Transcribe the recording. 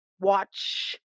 watch